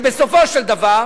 ובסופו של דבר